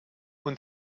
und